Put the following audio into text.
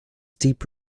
deep